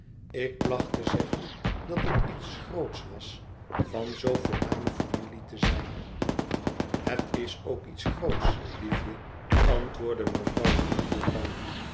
ik placht te zeggen dat het iets groots was van zoo voorname familie te zijn tiet is ook iets groots liefje antwoordde mevrouw woodcourt dan